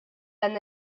dan